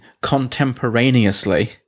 contemporaneously